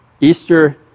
Easter